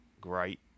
great